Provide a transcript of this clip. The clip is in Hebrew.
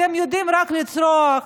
אתם יודעים רק לצרוח,